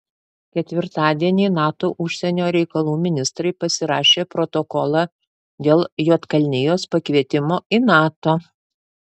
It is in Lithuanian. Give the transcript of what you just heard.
ketvirtadienį nato užsienio reikalų ministrai pasirašė protokolą dėl juodkalnijos pakvietimo į nato